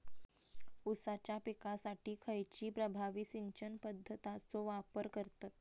ऊसाच्या पिकासाठी खैयची प्रभावी सिंचन पद्धताचो वापर करतत?